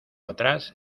atrás